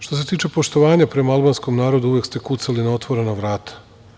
Što se tiče poštovanja prema albanskom narodu, uvek ste kucali na otvorena vrata.